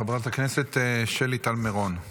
חברת הכנסת שלי טל מירון,